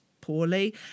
poorly